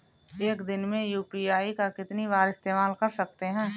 एक दिन में यू.पी.आई का कितनी बार इस्तेमाल कर सकते हैं?